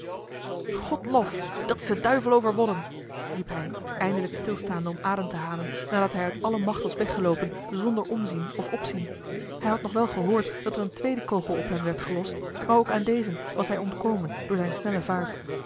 lof dat is den duivel overwonnen riep hij eindelijk stilstaande om adem te halen nadat hij uit alle macht was weggeloopen zonder omzien of opzien hij had nog wel gehoord dat er een tweede kogel op hem werd gelost maar ook aan dezen was hij ontkomen door zijne snelle vaart